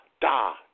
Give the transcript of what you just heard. da